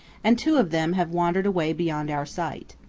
and two of them have wandered away beyond our sight.